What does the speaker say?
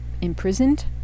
imprisoned